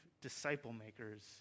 disciple-makers